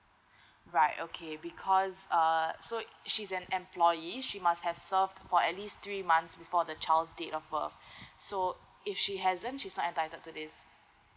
right okay because err so she's an employee she must have served for at least three months before the child's date of birth so if she hasn't she's not entitled to this